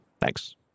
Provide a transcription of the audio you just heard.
Thanks